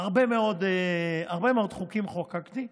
הרבה מאוד חוקים חוקקתי.